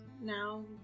now